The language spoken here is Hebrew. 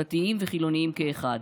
דתיים וחילונים כאחד.